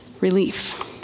relief